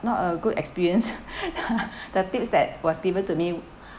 not a good experience the tips that was given to me